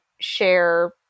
share